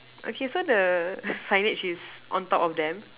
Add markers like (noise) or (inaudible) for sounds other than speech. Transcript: okay so the (laughs) signage is on top of them